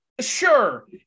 sure